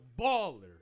baller